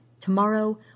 Tomorrow